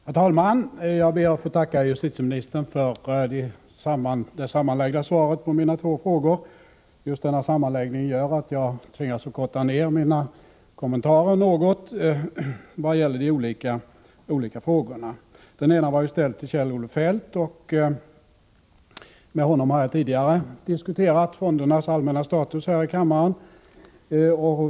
Herr talman! Jag ber att få tacka justitieministern för svaret på mina två frågor. Just den omständigheten att frågorna besvaras i ett sammanhang gör att jag kommer att korta ner mina kommentarer något vad gäller de olika frågorna. Den ena var ju ställd till Kjell-Olof Feldt. Med honom har jag vid ett tidigare tillfälle här i kammaren diskuterat fondernas allmänna status.